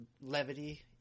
levity